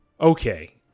Okay